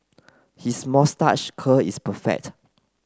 his curl is perfect